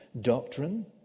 doctrine